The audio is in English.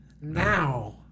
now